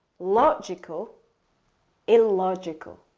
logical illogical